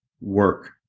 work